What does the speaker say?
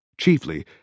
chiefly